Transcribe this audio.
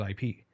IP